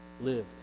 live